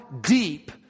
deep